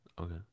Okay